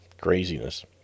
craziness